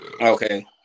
okay